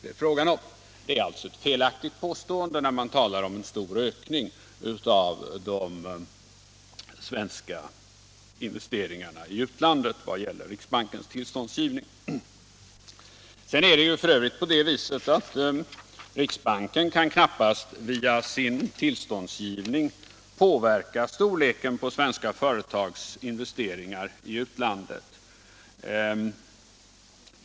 Det är alltså ett felaktigt påstående när man talar om en stor ökning av de svenska investeringarna i utlandet vad gäller riksbankens tillståndsgivning. F. ö. är det på det viset att riksdagen knappast via sin tillståndsgivning kan påverka storleken av svenska företags investeringar i utlandet.